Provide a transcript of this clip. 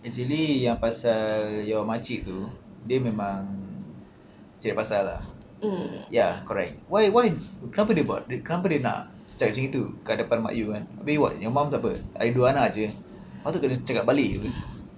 actually yang pasal your makcik tu dia memang cari pasal lah ya correct why why kenapa dia buat kenapa dia nak cakap macam tu kat depan mak you kan habis what your mum apa ada dua anak jer patut kena cakap balik